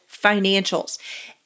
financials